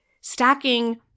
stacking